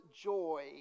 joy